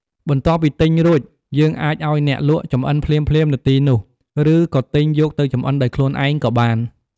បន្ទាប់ពីទិញរួច យើងអាចឱ្យអ្នកលក់ចម្អិនភ្លាមៗនៅទីនោះ ឬក៏ទិញយកទៅចម្អិនដោយខ្លួនឯងក៏បាន។